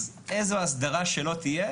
אז איזו אסדרה שלא תהיה,